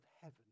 heaven